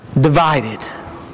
divided